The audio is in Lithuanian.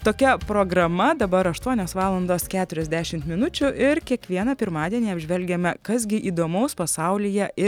tokia programa dabar aštuonios valandos keturiasdešimt minučių ir kiekvieną pirmadienį apžvelgiame kas gi įdomaus pasaulyje ir